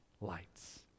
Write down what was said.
lights